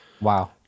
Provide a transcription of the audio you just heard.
wow